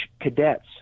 cadets